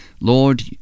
Lord